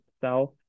self